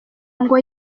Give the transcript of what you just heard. ngo